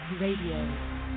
RADIO